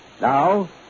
Now